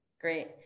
Great